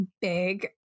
big